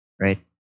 right